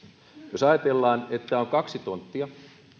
jos ajatellaan että on kaksi tonttia